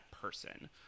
person